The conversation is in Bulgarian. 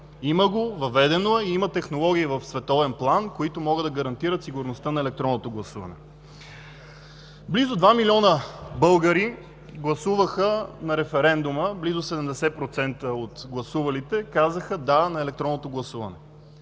Има го, въведено е, има технологии в световен план, които могат да гарантират сигурността на електронното гласуване. Близо два милиона българи гласуваха на референдума, близо 70% от гласувалите казаха „да” на електронното гласуване.